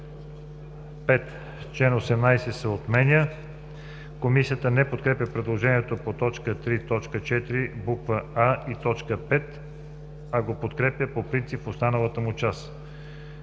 5. Член 18 се отменя.“ Комисията не подкрепя предложението по т. 3 и т. 4 буква „а“ и т. 5, а го подкрепя по принцип в останалата му част.